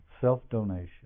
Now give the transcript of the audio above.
self-donation